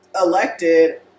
elected